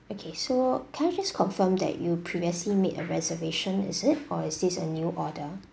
okay so can I just confirm that you previously made a reservation is it or is this a new order